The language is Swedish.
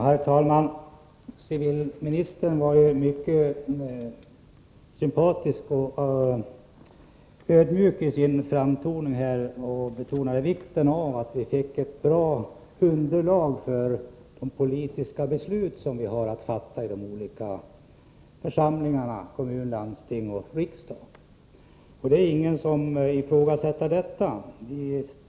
Herr talman! Civilministern var mycket sympatisk och ödmjuk i sin framtoning och han betonade vikten av att vi får ett bra underlag för de politiska beslut som skall fattas i de olika församlingarna - kommun, landsting och riksdag. Det är ingen som ifrågasätter detta.